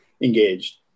engaged